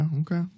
Okay